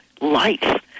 life